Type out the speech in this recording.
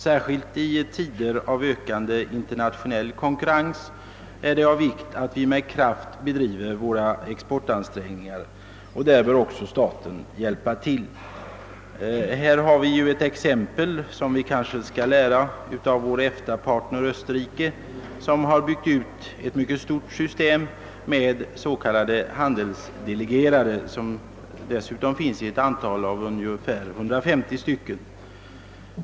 Särskilt i tider av ökande internationell konkurrens är det av vikt att vi med kraft bedriver våra exportansträngningar, och där bör också staten hjälpa till. Vi kanske bör lära av exemplet från vår EFTA-partner Österrike, som har byggt ut ett mycket stort system med s.k. handeilsdelegerade, vilka dessutom finns i ett antal av 150 stycken.